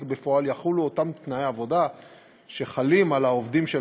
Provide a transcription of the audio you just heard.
בפועל יחולו אותם תנאי עבודה שחלים על העובדים של